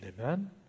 amen